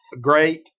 great